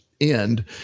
end